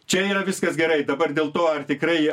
čia yra viskas gerai dabar dėl to ar tikrai